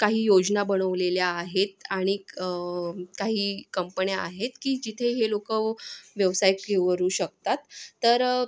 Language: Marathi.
काही योजना बनवलेल्या आहेत आणिक काही कंपन्या आहेत की जिथे हे लोक व्यवसाय किवरू शकतात तर